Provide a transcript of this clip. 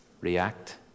React